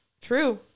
True